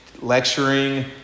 lecturing